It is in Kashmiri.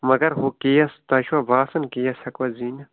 مگر ہُہ کیس تۄہہِ چھُوا باسان کیس ہٮ۪کوا زیٖنِتھ